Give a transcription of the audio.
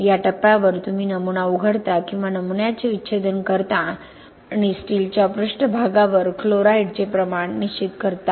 या टप्प्यावर तुम्ही नमुना उघडता किंवा नमुन्याचे विच्छेदन करता आणि स्टीलच्या पृष्ठभागावर क्लोराईडचे प्रमाण निश्चित करता